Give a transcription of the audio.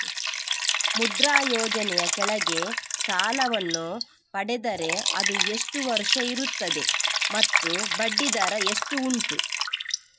ಮುದ್ರಾ ಯೋಜನೆ ಯ ಕೆಳಗೆ ಸಾಲ ವನ್ನು ಪಡೆದರೆ ಅದು ಎಷ್ಟು ವರುಷ ಇರುತ್ತದೆ ಮತ್ತು ಬಡ್ಡಿ ದರ ಎಷ್ಟು ಉಂಟು?